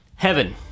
Heaven